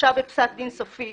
הורשע בפסק דין סופי,